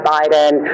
Biden